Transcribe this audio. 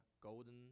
golden